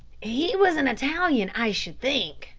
he was an italian, i should think,